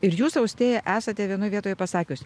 ir jūs austėja esate vienoj vietoj pasakius